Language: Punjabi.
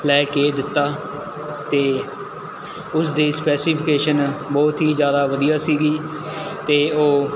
ਲੈ ਕੇ ਦਿੱਤਾ ਅਤੇ ਉਸ ਦੀ ਸਪੈਸੀਫਿਕੇਸ਼ਨ ਬਹੁਤ ਹੀ ਜ਼ਿਆਦਾ ਵਧੀਆ ਸੀਗੀ ਅਤੇ ਉਹ